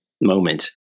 moment